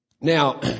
Now